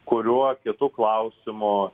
kuriuo kitu klausimu